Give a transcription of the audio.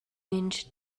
mynd